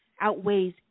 outweighs